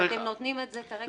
אתם נותנים את זה כרגע לקיימים?